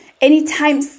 anytime